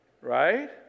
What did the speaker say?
Right